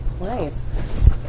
Nice